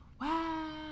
Wow